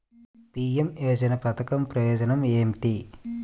PM M పధకం ప్రయోజనం ఏమితి?